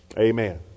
Amen